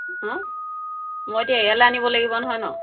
অঁ মই এতিয়া ইয়ালৈ আনিব লাগিব নহয় নহ্